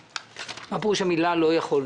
מה פירוש המילה לא יכולנו?